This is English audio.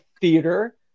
theater